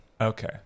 Okay